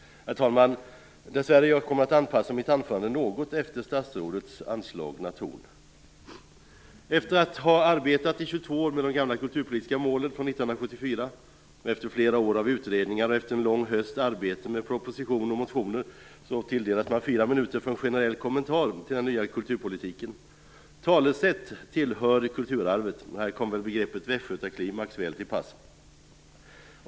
Herr talman! Jag kommer att anpassa mitt anförande något efter statsrådets anslagna ton. Efter att ha arbetat i 22 år, från 1974, med de gamla kulturpolitiska målen, efter flera år av utredningar och en lång hösts arbete med proposition och motioner tilldelas man fyra minuter för en generell kommentar till den nya kulturpolitiken. Talesätt tillhör kulturarvet, och här kommer begreppet västgötaklimax väl till pass.